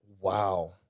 Wow